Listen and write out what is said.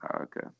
Okay